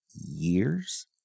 years